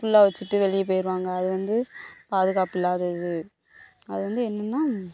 ஃபுல்லாக வச்சிவிட்டு வெளியே போயிருவாங்க அது வந்து பாதுகாப்பு இல்லாதது அது வந்து என்னென்னா